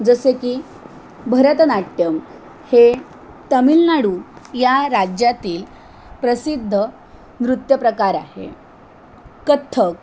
जसे की भरतनाट्यम हे तमीळनाडू या राज्यातील प्रसिद्ध नृत्यप्रकार आहे कथ्थक